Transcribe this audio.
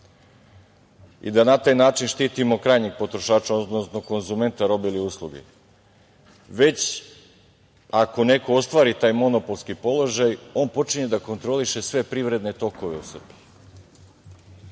i da na taj način štitimo krajnjeg potrošača, odnosno konzumenta robe i usluga, već ako neko ostvari taj monopolski položaj on počinje da kontroliše sve privredne tokove u Srbiji. Na